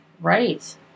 Right